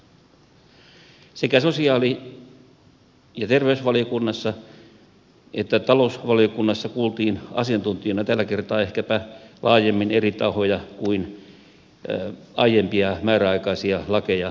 sekä sosiaali ja terveysvaliokunnassa että talousvaliokunnassa kuultiin asiantuntijoina tällä kertaa ehkäpä laajemmin eri tahoja kuin aiempia määräaikaisia lakeja säädettäessä